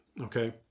Okay